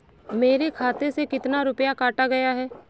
मेरे खाते से कितना रुपया काटा गया है?